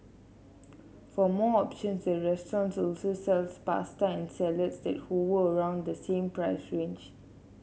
for more options the restaurant also sells pasta and salads that hover around the same price range